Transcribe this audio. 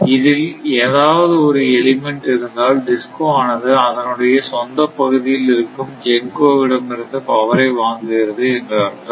இதில் ஏதாவது ஒரு எலிமெண்ட் இருந்தால் DISCO ஆனது அதனுடைய சொந்த பகுதியில் இருக்கும் GENCO இடமிருந்து பவரை வாங்குகிறது என்று அர்த்தம்